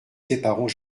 séparons